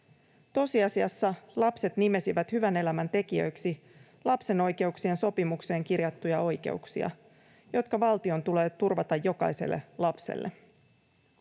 Tosiasiassa lapset nimesivät hyvän elämän tekijöiksi lapsen oikeuksien sopimukseen kirjattuja oikeuksia, jotka valtion tulee turvata jokaiselle lapselle.